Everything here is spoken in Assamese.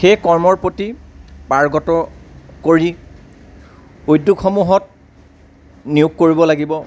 সেই কৰ্মৰ প্ৰতি পাৰ্গত কৰি উদ্যোগসমূহত নিয়োগ কৰিব লাগিব